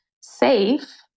safe